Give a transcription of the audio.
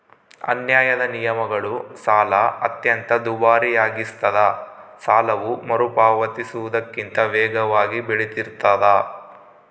ಅನ್ಯಾಯದ ನಿಯಮಗಳು ಸಾಲ ಅತ್ಯಂತ ದುಬಾರಿಯಾಗಿಸ್ತದ ಸಾಲವು ಮರುಪಾವತಿಸುವುದಕ್ಕಿಂತ ವೇಗವಾಗಿ ಬೆಳಿತಿರ್ತಾದ